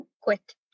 quit